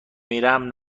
میرم